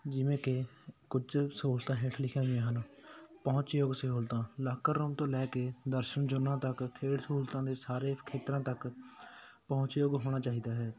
ਜਿਵੇਂ ਕਿ ਕੁਝ ਸਹੂਲਤਾਂ ਹੇਠ ਲਿਖੀਆ ਹੋਈਆ ਹਨ ਪਹੁੰਚਯੋਗ ਸਹੂਲਤਾਂ ਲਾਕਰ ਰੂਮ ਤੋਂ ਲੈ ਕੇ ਦਰਸ਼ਨ ਜੋਨਾਂ ਤੱਕ ਖੇਡ ਸਹੂਲਤਾਂ ਦੇ ਸਾਰੇ ਖੇਤਰਾਂ ਤੱਕ ਪਹੁੰਚਯੋਗ ਹੋਣਾ ਚਾਹੀਦਾ ਹੈ